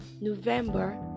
November